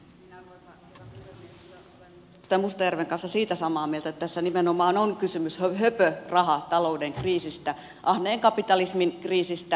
kyllä olen edustaja mustajärven kanssa siitä samaa mieltä että tässä nimenomaan on kysymys höpörahatalouden kriisistä ahneen kapitalismin kriisistä